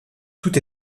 tout